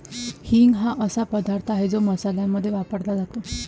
हिंग हा असा पदार्थ आहे जो मसाल्यांमध्ये वापरला जातो